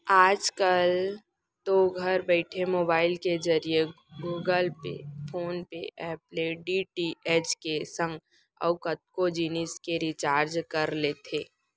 आजकल तो घर बइठे मोबईल के जरिए गुगल पे, फोन पे ऐप ले डी.टी.एच के संग अउ कतको जिनिस के रिचार्ज कर लेथे